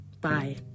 Bye